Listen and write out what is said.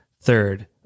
third